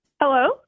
Hello